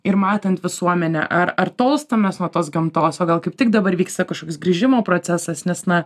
ir matant visuomenę ar ar tolstam mes nuo tos gamtos o gal kaip tik dabar vyksta kažkoks grįžimo procesas nes na